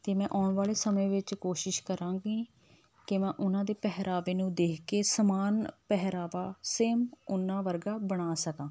ਅਤੇ ਮੈਂ ਆਉਣ ਵਾਲੇ ਸਮੇਂ ਵਿੱਚ ਕੋਸ਼ਿਸ਼ ਕਰਾਂਗੀ ਕਿ ਮੈਂ ਉਹਨਾਂ ਦੇ ਪਹਿਰਾਵੇ ਨੂੰ ਦੇਖ ਕੇ ਸਮਾਨ ਪਹਿਰਾਵਾ ਸੇਮ ਉਹਨਾਂ ਵਰਗਾ ਬਣਾ ਸਕਾਂ